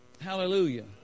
Hallelujah